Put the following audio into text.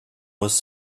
was